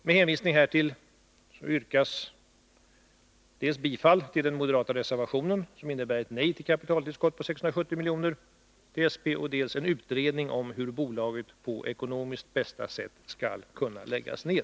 Med hänvisning härtill yrkas dels bifall till den moderata reservationen, innebärande ett nej till kapitaltillskott på 670 milj.kr. till SP, dels en utredning om hur bolaget på ekonomiskt bästa sätt skall kunna läggas ner.